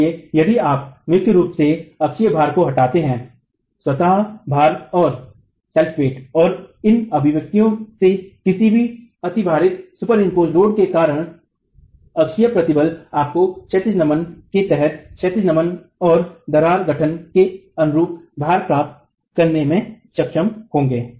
इसलिए यदि आप मुख्य रूप से अक्षीय भार को हटाते हैं स्व भार और इन अभिव्यक्तियों से किसी भी अतिभारित भार के कारण अक्षीय प्रतिबल आपको क्षैतिज नमन के तहत क्षैतिज नमन और दरार गठन के अनुरूप भार प्राप्त करने में सक्षम होंगे